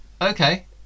Okay